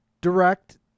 direct